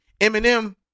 Eminem